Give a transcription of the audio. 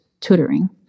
tutoring